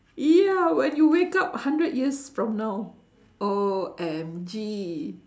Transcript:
ya when you wake up hundred years from now oh my god